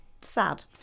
sad